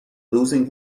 losing